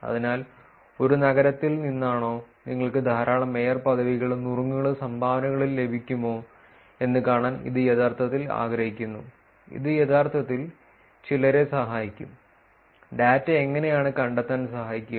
അതിനാൽ ഒരു നഗരത്തിൽ നിന്നാണോ നിങ്ങൾക്ക് ധാരാളം മേയർ പദവികളും നുറുങ്ങുകളും സംഭാവനകളും ലഭിക്കുമോ എന്ന് കാണാൻ ഇത് യഥാർത്ഥത്തിൽ ആഗ്രഹിക്കുന്നു ഇത് യഥാർത്ഥത്തിൽ ചിലരെ സഹായിക്കും ഡാറ്റ എങ്ങനെയാണെന്ന് കണ്ടെത്താൻ സഹായിക്കുക